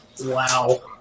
Wow